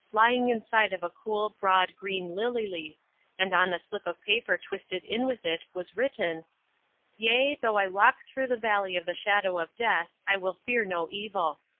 lying inside of a cool, broad green lily and on a slip of paper twisted in with it was written yea, though i walk through the valley of the shadow of death, i will fear no evil.